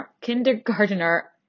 kindergartner